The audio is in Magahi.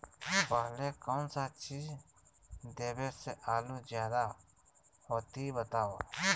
पहले कौन सा चीज देबे से आलू ज्यादा होती बताऊं?